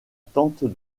tente